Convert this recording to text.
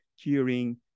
curing